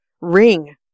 ring